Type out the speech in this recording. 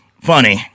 Funny